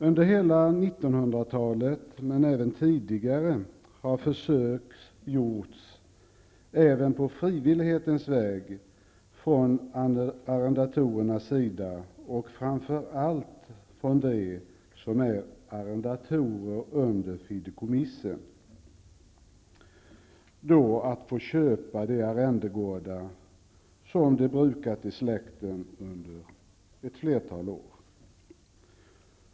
Under hela 1900-talet, men även tidigare, har försök gjorts -- även på frivillighetens väg -- av arrendatorerna, framför allt av dem som är arrendatorer under fideikommissen, att få köpa de arrendegårdar som de brukat i släkten under ett flertal år.